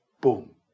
boom